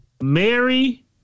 Mary